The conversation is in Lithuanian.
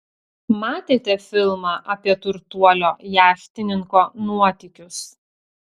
matėte filmą apie turtuolio jachtininko nuotykius